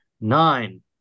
nine